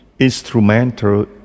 Instrumental